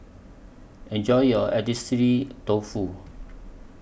Enjoy your Agedashi Dofu